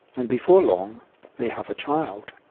and before long they have a child,